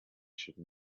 should